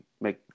make